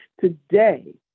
Today